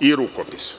i rukopisa.